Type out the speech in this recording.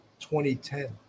2010